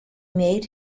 made